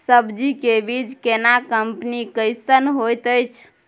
सब्जी के बीज केना कंपनी कैसन होयत अछि?